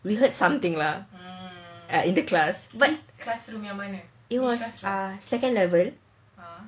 we heard something lah at in the class it was a second level